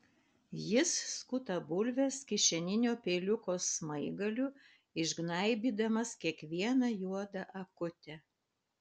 jis skuta bulves kišeninio peiliuko smaigaliu išgnaibydamas kiekvieną juodą akutę